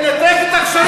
תנתק את הקשרים אתם.